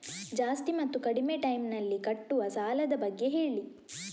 ಜಾಸ್ತಿ ಮತ್ತು ಕಡಿಮೆ ಟೈಮ್ ನಲ್ಲಿ ಕಟ್ಟುವ ಸಾಲದ ಬಗ್ಗೆ ಹೇಳಿ